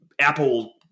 Apple